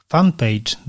Fanpage